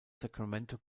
sacramento